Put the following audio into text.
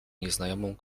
nieznajomą